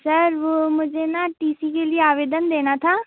sir वो मुझे ना टी सी के लिए आवेदन देना था